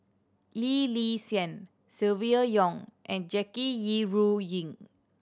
Lee Li Silvia Yong and Jackie Yi Ru Ying